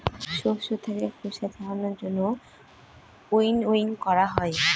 শস্য থাকে খোসা ছাড়ানোর জন্য উইনউইং করা হয়